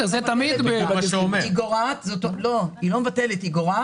היא לא מבטלת אלא היא גורעת.